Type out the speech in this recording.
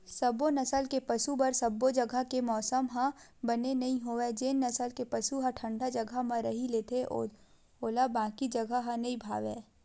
सबो नसल के पसु बर सबो जघा के मउसम ह बने नइ होवय जेन नसल के पसु ह ठंडा जघा म रही लेथे ओला बाकी जघा ह नइ भावय